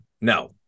No